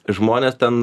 žmonės ten